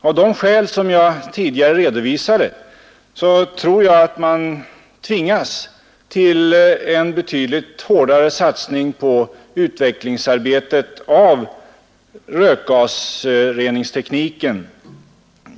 Av de skäl som jag tidigare redovisade tror jag att man tvingas till en betydligt hårdare satsning på utvecklingsarbetet för rökgasreningstekniken.